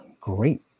great